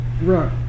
right